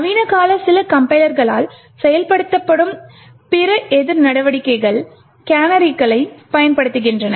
நவீனகால சில கம்பைலர்களால் செயல்படுத்தப்படும் பிற எதிர் நடவடிக்கைகள் கேனரிகளைப் பயன்படுத்துகின்றன